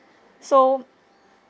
so